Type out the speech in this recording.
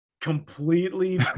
completely